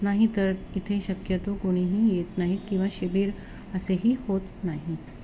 नाही तर इथे शक्यतो कोणीही येत नाहीत किंवा शिबीर असेही होत नाही